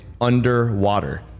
underwater